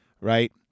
right